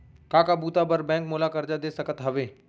का का बुता बर बैंक मोला करजा दे सकत हवे?